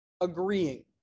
agreeing